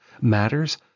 matters